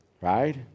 Right